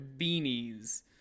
beanies